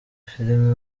film